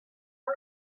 out